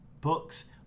books